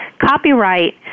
Copyright